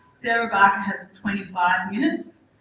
sarah barker has twenty five minutes.